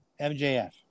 MJF